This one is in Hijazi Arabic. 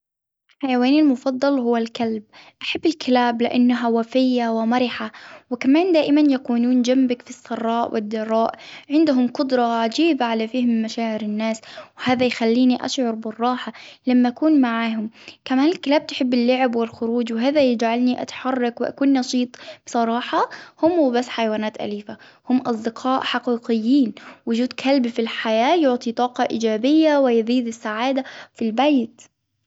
حيوان المفضل هو الكلب، أحب الكلاب لأنها وفية ومرحة. وكمان دائما يكونون جنبك في السراء والضراء ، عندهم قدرة عجيبة على فهم مشاعر الناس، وهذا يخليني أشعر بالراحة لما اكون معهم. كمان الكلاب تحب اللعب والخروج، هذا يجعلني أتحرك وأكون ن بصراحة هم وبس حيوانات اليفة، هم أصدقاء حقيقيين، وجود كلب في الحياة يعطي طاقة إيجابية ويزيد السعادة في البيت.